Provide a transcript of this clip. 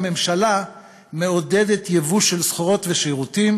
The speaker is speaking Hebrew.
הממשלה מעודדת ייבוא סחורות ושירותים